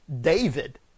David